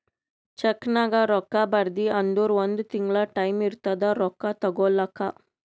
ಚೆಕ್ನಾಗ್ ರೊಕ್ಕಾ ಬರ್ದಿ ಅಂದುರ್ ಒಂದ್ ತಿಂಗುಳ ಟೈಂ ಇರ್ತುದ್ ರೊಕ್ಕಾ ತಗೋಲಾಕ